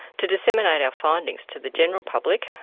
to disseminate our findings to the general public,